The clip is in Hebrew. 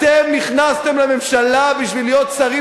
אתם נכנסתם לממשלה בשביל להיות שרים